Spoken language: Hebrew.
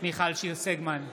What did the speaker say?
מיכל שיר סגמן,